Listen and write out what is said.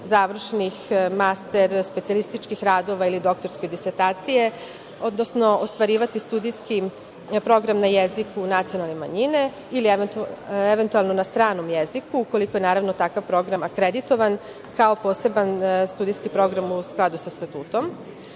završnih, specijalističkih radova ili doktorskih disertacija, odnosno ostvarivati studijski program na jeziku nacionalne manjine ili eventualno na stranom jeziku, ukoliko je naravno takav program akreditovan kao poseban studijski program u skladu sa statutom. Srećom,